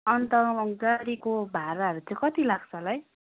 अन्त गाडीको भाडाहरू चाहिँ लाग्छ होला है